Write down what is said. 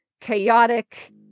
chaotic